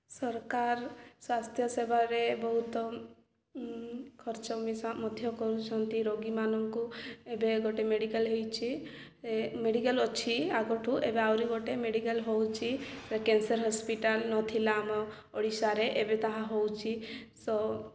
ସରକାର ସ୍ୱାସ୍ଥ୍ୟ ସେବାରେ ବହୁତ ଖର୍ଚ୍ଚ ମିଶା ମଧ୍ୟ କରୁଛନ୍ତି ରୋଗୀମାନଙ୍କୁ ଏବେ ଗୋଟେ ମେଡ଼ିକାଲ୍ ହେଇଛି ମେଡ଼ିକାଲ୍ ଅଛି ଆଗଠୁ ଏବେ ଆହୁରି ଗୋଟେ ମେଡ଼ିକାଲ୍ ହେଉଛି କେନ୍ସର୍ ହସ୍ପିଟାଲ୍ ନଥିଲା ଆମ ଓଡ଼ିଶାରେ ଏବେ ତାହା ହେଉଛି ସୋ